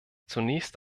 zunächst